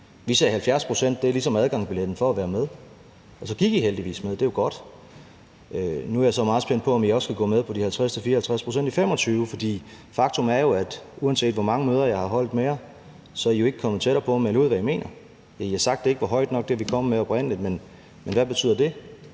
Vi sagde, at 70 pct. ligesom er adgangsbilletten for at være med. Så gik I heldigvis med, og det er jo godt. Nu er jeg så meget spændt på, om I også vil gå med til de 50-54 pct. i 2025, for faktum er jo, at I, uanset hvor mange møder jeg har holdt med jer, ikke er kommet tættere på at melde ud, hvad I mener. I har sagt, at det, vi oprindelig kom med, ikke var højt nok. Men hvad betyder det?